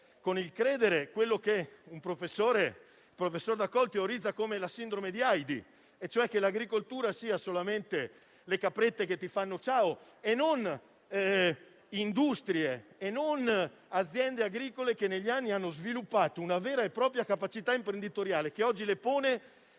con il credere quello che un professor teorizza come la sindrome di Heidi, e cioè che l'agricoltura sia solamente le caprette che «ti fanno ciao» e non industrie e aziende agricole che negli anni hanno sviluppato una vera e propria capacità imprenditoriale che oggi le pone